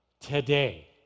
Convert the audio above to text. today